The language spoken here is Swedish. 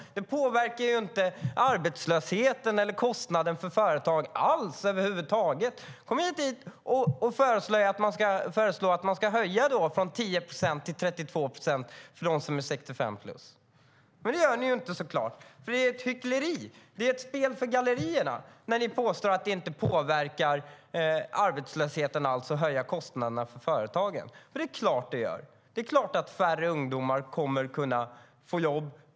Det påverkar ju inte alls arbetslösheten eller kostnaderna för företagen över huvud taget. Förslå att man ska höja arbetsgivaravgiften för dem som är 65-plus från 10 procent till 32 procent! Men det gör ni ju inte så klart. Det är ett hyckleri och spel för gallerierna när ni påstår att det inte påverkar arbetslösheten alls att höja kostnaderna för företagen. Det är klart att det gör. Det är klart att färre ungdomar kommer att kunna få jobb.